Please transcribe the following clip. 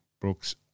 Brooks